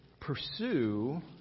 pursue